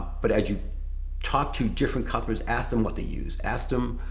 but as you talk to different customers, ask them what they use. ask them,